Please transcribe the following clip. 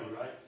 right